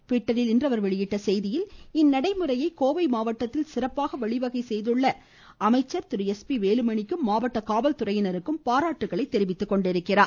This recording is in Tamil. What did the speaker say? ட்விட்டரில் இன்று அவர் வெளியிட்டுள்ள செய்தியில் இந்நடைமுறையை கோவை மாவட்டத்தில் சிறப்பாக வழிவகை செய்துள்ள வருவாய் துறை அமைச்சருக்கும் மாவட்ட காவல்துறையினருக்கும் பாராட்டுக்களை தெரிவித்துக்கொண்டுள்ளார்